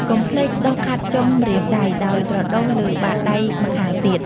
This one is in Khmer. កុំភ្លេច ដុសខាត់ចុងម្រាមដៃ ដោយត្រដុសលើបាតដៃម្ខាងទៀត។